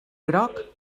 groc